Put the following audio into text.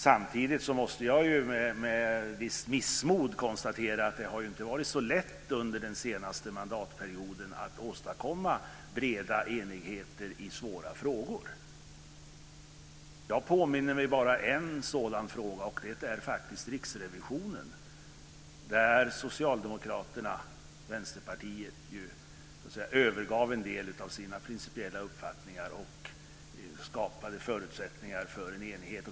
Samtidigt måste jag med visst missmod konstatera att det inte har varit så lätt under den senaste mandatperioden att åstadkomma breda enigheter i svåra frågor. Jag påminner mig bara en sådan fråga, och det är riksrevisionen. Där övergav Socialdemokraterna och Vänsterpartiet en del av sina principiella uppfattningar och skapade förutsättningar för en enighet.